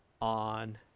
on